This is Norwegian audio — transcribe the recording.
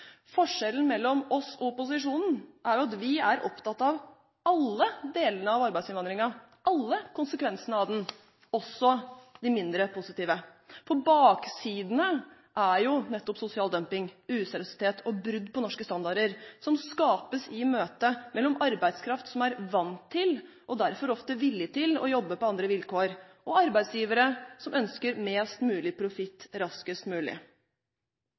Forskjellen mellom oss og opposisjonen er at vi er opptatt av alle delene av arbeidsinnvandringen – alle konsekvensene av den, også de mindre positive. Baksiden er jo nettopp sosial dumping, useriøsitet og brudd på norske standarder, som skapes i møte med arbeidskraft som er vant til – og derfor ofte villig til – å jobbe på andre vilkår, og arbeidsgivere som ønsker mest mulig profitt raskest mulig.